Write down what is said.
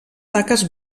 taques